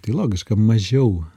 tai logiška mažiau